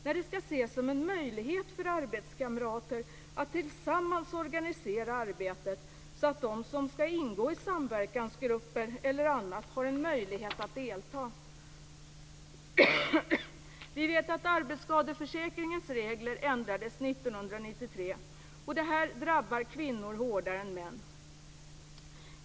Nej, det skall ses som en möjlighet för arbetskamrater att tillsammans organisera arbetet så att de som skall ingå i samverkansgrupper eller annat har en möjlighet att delta. Vi vet att arbetsskadeförsäkringens regler ändrades 1993, och det drabbade kvinnor hårdare än män.